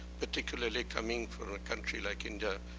particularly coming from a country like india,